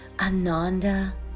Ananda